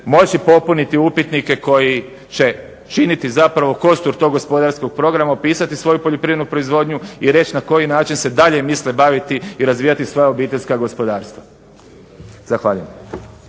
moći popuniti upitnike koji će činiti zapravo kostur tog gospodarskog programa, opisati svoju poljoprivrednu proizvodnju i reći na koji način se dalje misle baviti i razvijati svoja obiteljska gospodarstva. Zahvaljujem.